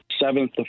seventh